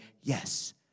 yes